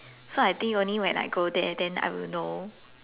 so I think only when I go there then I will know